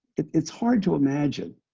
it's hard to imagine